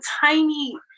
tiny